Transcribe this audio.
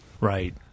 Right